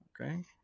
okay